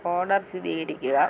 order സ്ഥിതീകരിക്കുക